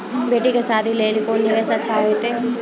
बेटी के शादी लेली कोंन निवेश अच्छा होइतै?